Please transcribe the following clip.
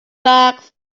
bags